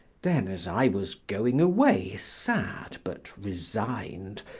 then as i was going away sad, but resigned,